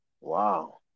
Wow